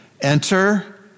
Enter